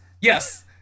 yes